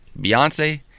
Beyonce